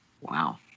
Wow